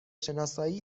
شناسایی